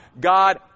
God